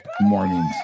mornings